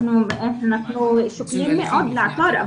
אנחנו שוקלים מאוד לעתור.